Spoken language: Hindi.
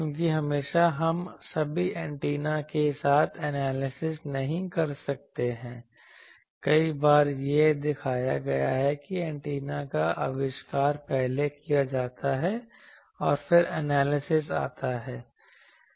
क्योंकि हमेशा हम सभी एंटेना के साथ एनालिसिस नहीं कर सकते हैं कई बार यह दिखाया गया है कि ऐन्टेना का आविष्कार पहले किया जाता है और फिर एनालिसिस आता है